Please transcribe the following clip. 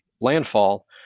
landfall